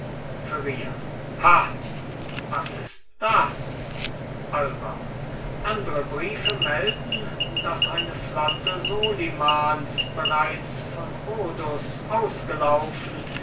was ist das alba andre briefe melden daß eine flotte solimans bereits von rhodus ausgelaufen